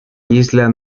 isla